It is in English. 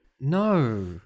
No